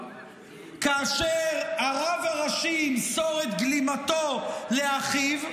כאשר הרב הראשי ימסור את גלימתו לאחיו,